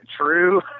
true